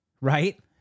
Right